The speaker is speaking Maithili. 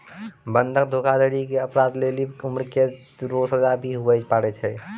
बंधक धोखाधड़ी अपराध लेली उम्रकैद रो सजा भी हुवै पारै